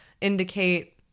indicate